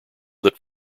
that